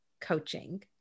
coaching